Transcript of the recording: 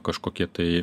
kažkokie tai